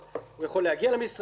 הוא יכול להגיע למשרדים,